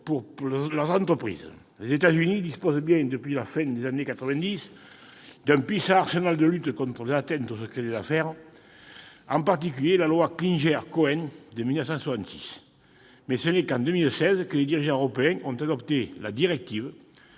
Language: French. pour leurs entreprises. Alors que les États-Unis disposent depuis la fin des années 1990 d'un puissant arsenal de lutte contre les atteintes au secret des affaires, avec en particulier la loi Clinger-Cohen de 1996, ce n'est qu'en 2016 que les dirigeants européens ont adopté la directive